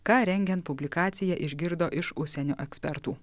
ką rengiant publikaciją išgirdo iš užsienio ekspertų